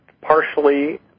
partially